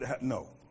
No